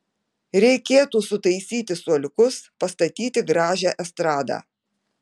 reikėtų sutaisyti suoliukus pastatyti gražią estradą